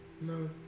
No